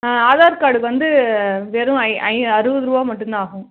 ஆ Aadhaar card வந்து வெறும் ஐ ஐ அறுபது ரூபா மட்டும்தான் ஆகும்